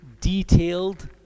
detailed